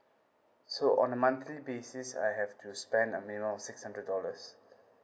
so on a monthly basis I have to spend a minimum of six hundred dollars